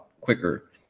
quicker